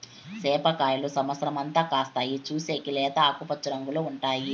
సేప కాయలు సమత్సరం అంతా కాస్తాయి, చూసేకి లేత ఆకుపచ్చ రంగులో ఉంటాయి